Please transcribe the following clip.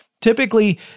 Typically